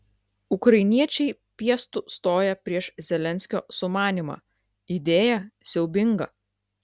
ukrainiečiai piestu stoja prieš zelenskio sumanymą idėja siaubinga